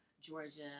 Georgia